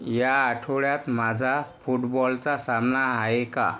या आठवड्यात माझा फुटबॉलचा सामना आहे का